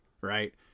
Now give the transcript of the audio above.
right